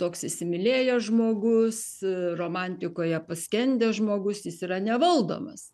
toks įsimylėjęs žmogus romantikoje paskendęs žmogus jis yra nevaldomas